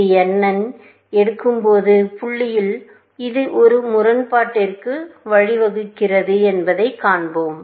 இது n ஐ எடுக்கப் போகும் புள்ளியில் இது ஒரு முரண்பாட்டிற்கு வழிவகுக்கிறது என்பதை காண்பிப்போம்